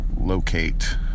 locate